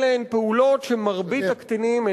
אלה הן פעולות שמרבית הקטינים, צודק.